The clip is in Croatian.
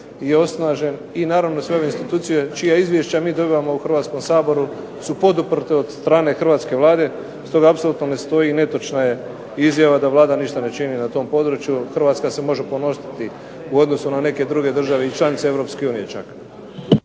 je osnažen i naravno da sve ove institucije čija izvješća mi dobivamo u Hrvatskom saboru su poduprta od strane hrvatske Vlade. Stoga apsolutno ne stoji i netočna je izjava da Vlada ništa ne čini na tom području. Hrvatska se može ponositi u odnosu na neke druge države i članice Europske